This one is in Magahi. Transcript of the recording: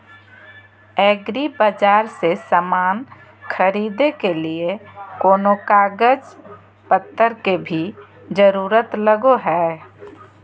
एग्रीबाजार से समान खरीदे के लिए कोनो कागज पतर के भी जरूरत लगो है?